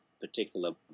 particular